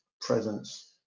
presence